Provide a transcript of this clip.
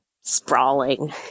sprawling